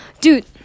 dude